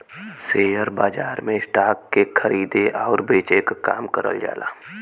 share बाजार में stock के खरीदे आउर बेचे क काम करल जाला